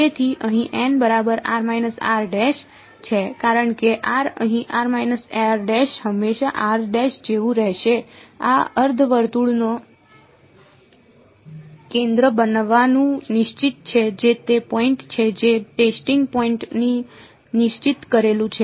તેથી અહીં બરાબર છે કારણ કે અહીં હંમેશા જેવું રહેશે આ અર્ધ વર્તુળનું કેન્દ્ર બનવાનું નિશ્ચિત છે જે તે પોઈન્ટ છે જે ટેસ્ટિંગ પોઈન્ટ ને નિશ્ચિત કરેલું છે